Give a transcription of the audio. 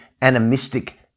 animistic